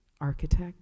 architect